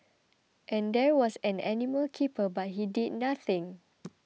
and there was an animal keeper but he did nothing